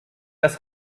das